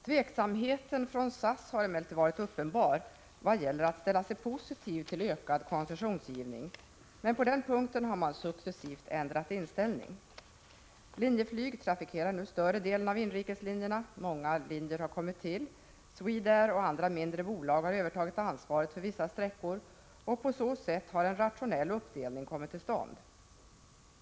Tveksamheten från SAS har emellertid varit uppenbar vad gäller att ställa sig positiv till ökad koncessionsgivning, men på den punkten har man successivt ändrat inställning. Linjeflyg trafikerar nu större delen av inrikeslinjerna, många nya linjer har kommit till, Swedair och andra mindre bolag har övertagit ansvaret för vissa sträckor, och på så sätt har en rationell uppdelning kommit till stånd.